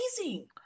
amazing